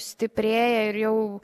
stiprėja ir jau